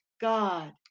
God